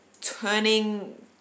turning